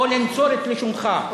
או לנצור את לשונך.